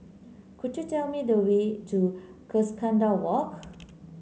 could you tell me the way to Cuscaden Walk